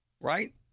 Right